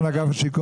ראש, ראשית,